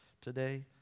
today